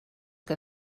que